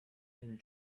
and